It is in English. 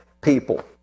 people